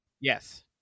Yes